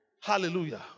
Hallelujah